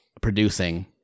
producing